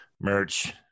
Merch